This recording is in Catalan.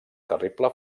terrible